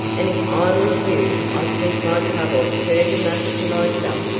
and if i was you i'd keep my trouble purty much to myself.